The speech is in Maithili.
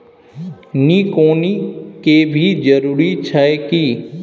निकौनी के भी जरूरी छै की?